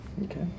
Okay